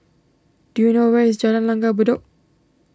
do you know where is Jalan Langgar Bedok